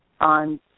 on